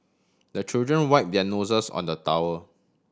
the children wipe their noses on the towel